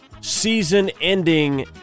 season-ending